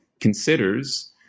considers